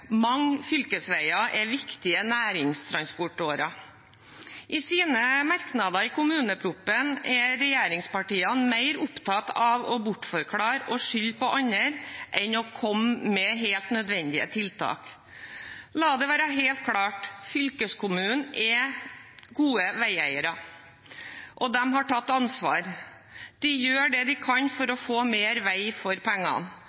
Mange fylkesveier er viktige næringstransportårer. I sine merknader til kommuneproposisjonen er regjeringspartiene mer opptatt av å bortforklare og skylde på andre enn å komme med helt nødvendige tiltak. La det være helt klart: Fylkeskommunene er gode veieiere, og de har tatt ansvar. De gjør det de kan for å få mer vei for pengene,